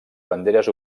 banderes